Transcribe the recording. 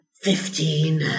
Fifteen